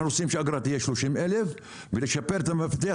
אנחנו רוצים שהאגרה תהיה 30,000 ולשפר את המפתח,